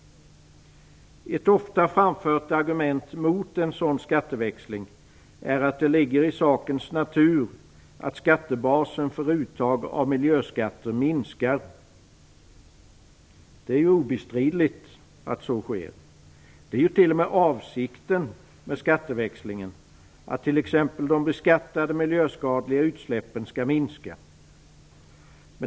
Ett ofta framfört argument mot en sådan skatteväxling är att det ligger i sakens natur att skattebasen för uttag av miljöskatter minskar. Det är ju obestridligt att så sker, det är ju t.o.m. avsikten med skatteväxlingen att t.ex. de beskattade, miljöskadliga utsläppen skall minska.